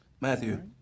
Matthew